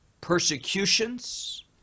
Persecutions